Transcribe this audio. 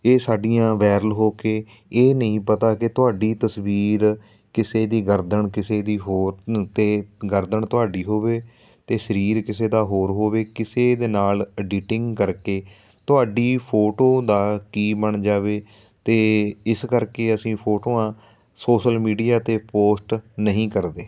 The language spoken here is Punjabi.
ਇਹ ਸਾਡੀਆਂ ਵਾਇਰਲ ਹੋ ਕੇ ਇਹ ਨਹੀਂ ਪਤਾ ਕਿ ਤੁਹਾਡੀ ਤਸਵੀਰ ਕਿਸੇ ਦੀ ਗਰਦਨ ਕਿਸੇ ਦੀ ਹੋਰ ਨ ਅਤੇ ਗਰਦਨ ਤੁਹਾਡੀ ਹੋਵੇ ਅਤੇ ਸਰੀਰ ਕਿਸੇ ਦਾ ਹੋਰ ਹੋਵੇ ਕਿਸੇ ਦੇ ਨਾਲ ਐਡੀਟਿੰਗ ਕਰਕੇ ਤੁਹਾਡੀ ਫੋਟੋ ਦਾ ਕੀ ਬਣ ਜਾਵੇ ਅਤੇ ਇਸ ਕਰਕੇ ਅਸੀਂ ਫੋਟੋਆਂ ਸੋਸ਼ਲ ਮੀਡੀਆ 'ਤੇ ਪੋਸਟ ਨਹੀਂ ਕਰਦੇ